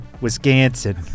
Wisconsin